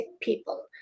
people